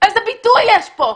איזה ביטוי יש פה?